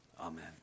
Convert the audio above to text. Amen